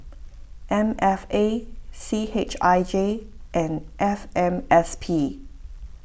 M F A C H I J and F M S P